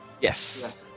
yes